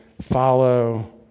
follow